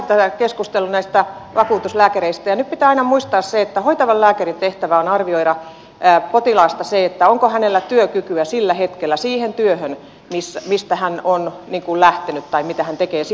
tämä keskustelu lähti näistä vakuutuslääkäreistä ja pitää aina muistaa se että hoitavan lääkärin tehtävä on arvioida potilaasta se onko hänellä työkykyä sillä hetkellä siihen työhön mistä hän on lähtenyt tai mitä hän tekee sillä hetkellä